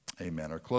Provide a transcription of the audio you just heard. Amen